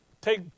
Take